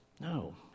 No